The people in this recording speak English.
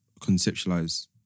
Conceptualize